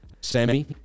Sammy